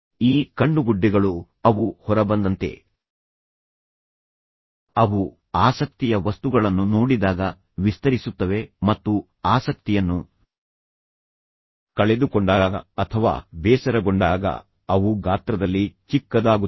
ಈ ಕಣ್ಣುಗುಡ್ಡೆಗಳು ಅವು ಹೊರಬಂದಂತೆ ಅವು ಆಸಕ್ತಿಯ ವಸ್ತುಗಳನ್ನು ನೋಡಿದಾಗ ವಿಸ್ತರಿಸುತ್ತವೆ ಮತ್ತು ಆಸಕ್ತಿಯನ್ನು ಕಳೆದುಕೊಂಡಾಗ ಅಥವಾ ಬೇಸರಗೊಂಡಾಗ ಅವು ಗಾತ್ರದಲ್ಲಿ ಚಿಕ್ಕದಾಗುತ್ತವೆ